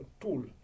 tool